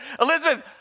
Elizabeth